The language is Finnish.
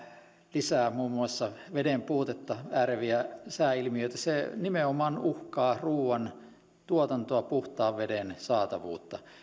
lisää muun muassa veden puutetta ääreviä sääilmiöitä se nimenomaan uhkaa ruuantuotantoa puhtaan veden saatavuutta